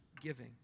giving